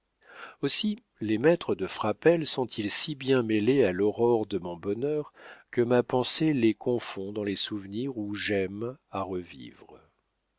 aussi les maîtres de frapesle sont-ils si bien mêlés à l'aurore de mon bonheur que ma pensée les confond dans les souvenirs où j'aime à revivre